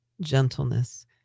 gentleness